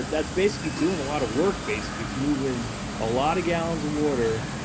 that's basically doing a lot of work basically. it's moving a lot of gallons of water,